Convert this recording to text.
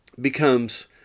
becomes